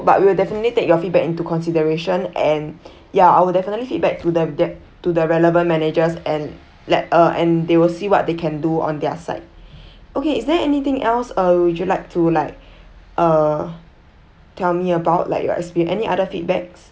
but we will definitely take your feedback into consideration and ya I will definitely feedback to dep~ to the relevant managers and let uh and they will see what they can do on their side okay is there anything else uh would you like to like uh tell me about like your experience any other feedbacks